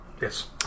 Yes